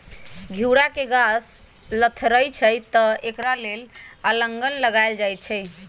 घिउरा के गाछ लथरइ छइ तऽ एकरा लेल अलांन लगायल जाई छै